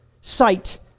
sight